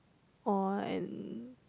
or in